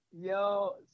Yo